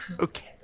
Okay